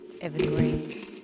Evergreen